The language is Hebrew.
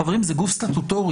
חברים, זה גוף סטטוטורי.